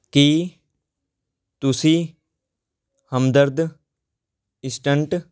ਕੀ ਤੁਸੀਂ ਹਮਦਰਦ ਇਸਟੰਟ